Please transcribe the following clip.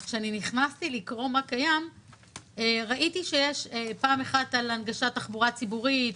אז כשנכנסתי לראות מה קיים ראיתי שיש פעם אחת על הנגשת תחבורה ציבורית,